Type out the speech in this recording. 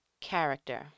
Character